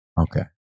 Okay